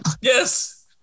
yes